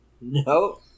No